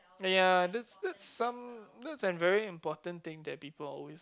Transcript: and yeah this is some this is a very important thing that people always overlook